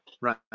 right